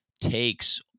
takes